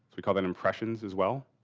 we call that impressions as well.